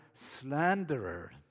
Slanderer